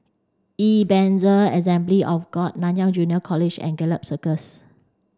Ebenezer Assembly of God Nanyang Junior College and Gallop Circus